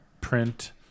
print